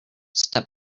step